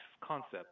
concept